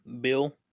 Bill